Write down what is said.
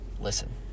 listen